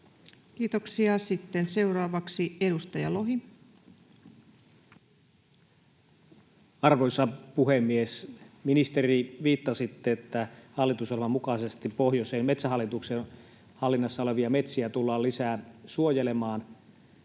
Kiitoksia. — Sitten seuraavaksi edustaja Lohi. Arvoisa puhemies! Ministeri, viittasitte, että hallitusohjelman mukaisesti pohjoisessa Metsähallituksen hallinnassa olevia metsiä tullaan lisää suojelemaan.